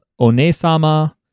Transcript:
Onesama